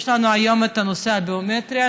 יש היום את הנושא הביומטרי,